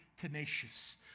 tenacious